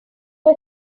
oes